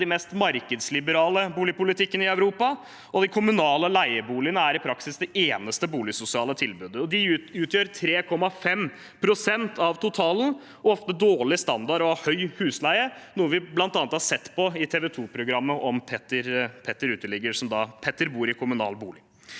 de mest markedsliberale i Europa. De kommunale leieboligene er i praksis det eneste boligsosiale tilbudet. De utgjør 3,5 pst. av totalen, ofte med dårlig standard og høy husleie, noe vi bl.a. har sett i TV 2-programmet om Petter uteligger, hvor Petter bor i kommunal bolig.